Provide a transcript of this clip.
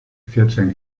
vierzehn